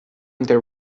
there